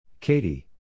Katie